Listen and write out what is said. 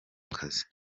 akazi